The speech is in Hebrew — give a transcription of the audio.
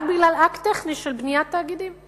רק בגלל אקט טכני של בניית תאגידים.